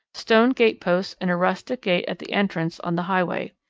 stone gateposts and a rustic gate at the entrance on the highway.